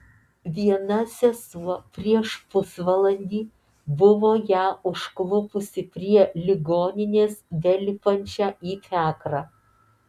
viena sesuo prieš pusvalandį buvo ją užklupusi prie ligoninės belipančią į fiakrą